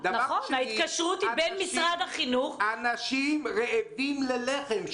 הם אומרים: אנשים רעבים ללחם.